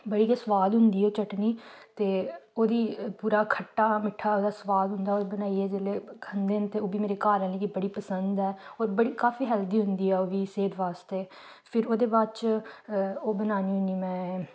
बड़ी गै सुआद होंदी ऐ ओह् चटनी ते ओह्दी पूरा खट्टा मिट्टा ओह्दा सुआद होंदा ओह् बनाइयै जेल्लै खंदे न ते ओह् बी मेरे घर आह्लें गी बड़ी पसंद ऐ होर बड़ी काफी हैल्दी होंदी ऐ ओह् बी सेह्त बास्ते फिर ओह्दे बाद च ओह् बनान्नी होन्नी में